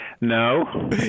No